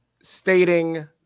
stating